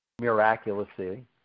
miraculously